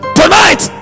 tonight